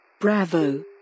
Bravo